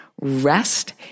rest